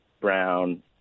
Brown